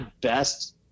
best